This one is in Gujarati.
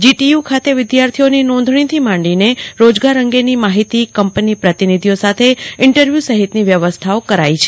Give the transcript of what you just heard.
જીટીયુ ખાતે વિદ્યાર્થીઓની નોંધજીથી માંડી રોજગાર અંગેની માહિતી કંપની પ્રતિનિધિઓ સાથે ઇન્ટરવ્યૂ સહિતની વ્યવસ્થાઓ કરાઈ છે